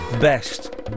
best